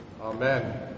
Amen